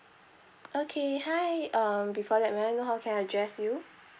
okay hi um before that may I know how can I address you